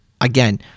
again